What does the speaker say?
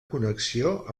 connexió